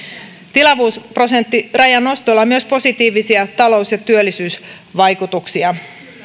tilavuusprosenttirajan nostolla on myös positiivisia talous ja työllisyysvaikutuksia